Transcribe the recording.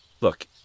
Look